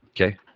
Okay